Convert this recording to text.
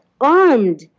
armed